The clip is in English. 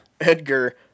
Edgar